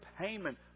payment